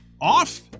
off